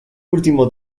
último